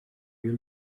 you